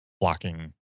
blocking